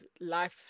life